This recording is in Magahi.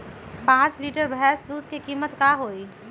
पाँच लीटर भेस दूध के कीमत का होई?